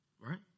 right